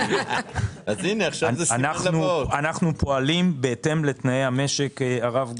אנחנו פועלים בהתאם לתנאי המשק, הרב גפני.